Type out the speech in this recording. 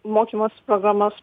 mokymosi programas